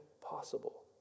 possible